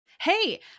Hey